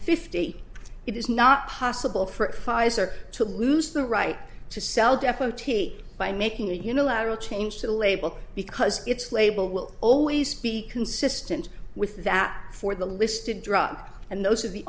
fifty it is not possible for pfizer to loose the right to sell death by making a unilateral change to the label because it's label will always be consistent with that for the listed drop and those are the